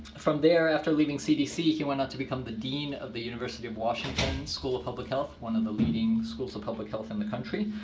from there, after leaving cdc, he went on to become the dean of the university of washington school of public health, one of the leading schools of public health in the country.